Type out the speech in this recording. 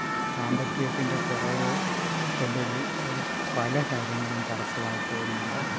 സാമ്പത്തികത്തിൻ്റെ കുറവ് കൊണ്ട് എല്ലാ പല കാര്യങ്ങളും തടസ്സമായി പോകുന്നുണ്ട്